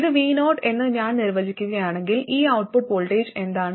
ഇത് vo എന്ന് ഞാൻ നിർവചിക്കുകയാണെങ്കിൽ ഈ ഔട്ട്പുട്ട് വോൾട്ടേജ് എന്താണ്